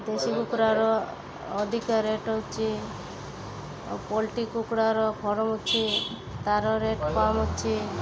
ଦେଶୀ କୁକୁଡ଼ାର ଅଧିକା ରେଟ୍ ଅଛି ଆଉ ପୋଲଟ୍ରି କୁକୁଡ଼ାର ଫାର୍ମ ଅଛି ତାର ରେଟ୍ କମ୍ ଅଛି